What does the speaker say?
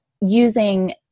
using